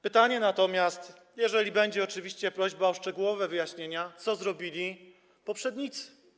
Pytanie natomiast, jeżeli będzie oczywiście prośba o szczegółowe wyjaśnienia: Co zrobili poprzednicy?